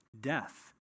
Death